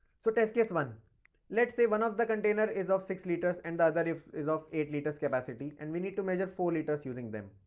so test case one let's say one of the container is of six litres and other is of eight litres capacity and we need to measure four litres using them.